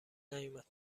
نیومد